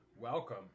Welcome